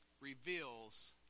reveals